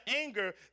anger